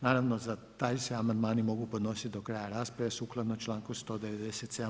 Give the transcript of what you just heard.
Naravno, za taj se amandmani mogu podnositi do kraja rasprave sukladno čl. 197.